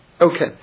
Okay